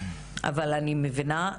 אבל אני מבינה.